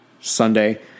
Sunday